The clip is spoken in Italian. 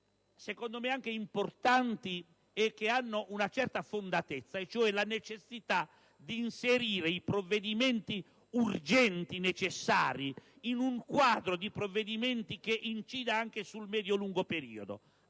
secondo me, anche importanti e che hanno una certa fondatezza, cioè la necessità di inserire i provvedimenti urgenti e necessari in un quadro di provvedimenti che incida anche sul medio e lungo periodo.